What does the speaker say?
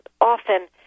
often